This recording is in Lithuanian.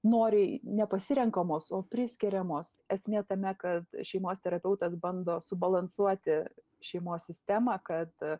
noriai nepasirenkamos o priskiriamos esmė tame kad šeimos terapeutas bando subalansuoti šeimos sistemą kad